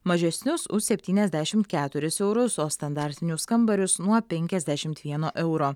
mažesnius už septyniasdešimt keturis eurus o standartinius kambarius nuo penkiasdešimt vieno euro